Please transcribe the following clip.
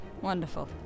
Wonderful